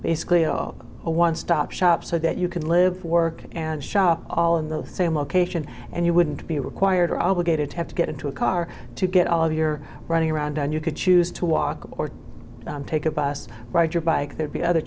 basically a one stop shop so that you can live work and shop all in the same location and you wouldn't be required or obligated to have to get into a car to get all of your running around and you could choose to walk or take a bus ride your bike there'd be other